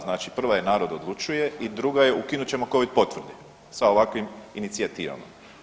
Znači prva je „narod odlučuje“ i druga je „ukinut ćemo covid potvrde“ sa ovakvim inicijativama.